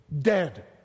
dead